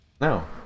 No